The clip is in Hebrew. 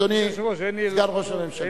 אדוני סגן ראש הממשלה.